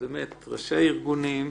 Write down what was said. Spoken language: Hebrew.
ראשי הארגונים,